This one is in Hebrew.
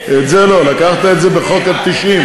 את זה לא, לקחת את זה בחוק ה-90,